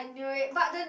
knew it but the